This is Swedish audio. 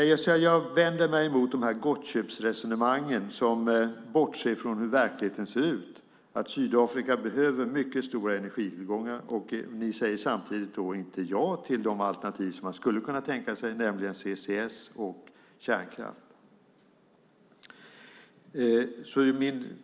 Jag vänder mig emot gottköpsresonemangen som bortser från hur verkligheten ser ut. Sydafrika behöver mycket stora energitillgångar, men ni säger inte heller ja till de alternativ man skulle kunna tänka sig, nämligen CCS och kärnkraft.